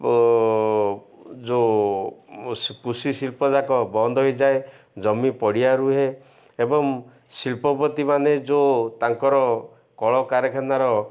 ଯେଉଁ କୃଷି ଶିଳ୍ପ ଯାକ ବନ୍ଦ ହୋଇଯାଏ ଜମି ପଡ଼ିଆ ରୁହେ ଏବଂ ଶିଳ୍ପପତିମାନେ ଯେଉଁ ତାଙ୍କର କଳକାରଖାନାର